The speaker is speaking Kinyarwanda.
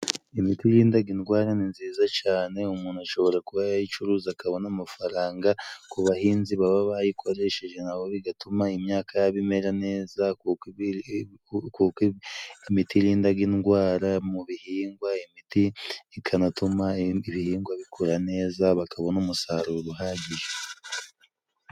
Imiti irindaga indwara ni nziza cane umuntu ashobora kuba yayicuruza akabona amafaranga ,ku bahinzi baba bayikoresheje nabo bigatuma imyaka yabo imera neza kuko imiti irindaga indwara mu bihingwa, imiti ikanatuma ibindi bihingwa bikura neza bakabona umusaruro uhagije.